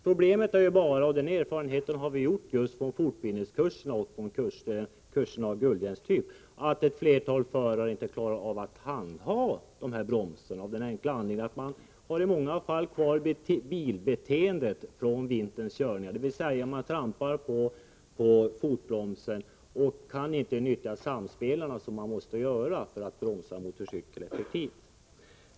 Problemet är bara — den erfarenheten har vi gjort från fortbildningskurserna —att ett flertal förare inte klarar att handha bromsen. Man har i många fall kvar bilbeteendet från vinterns körningar, dvs. man trampar på fotbromsen och kan inte nyttja det samspel som måste till för att bromsa en motorcykel effektivt.